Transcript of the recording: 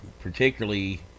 particularly